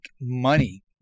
money